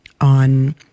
on